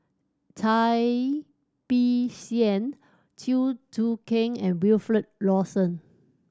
Cai Bixia Chew Choo Keng and Wilfed Lawson